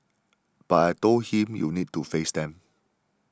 but I told him you need to face them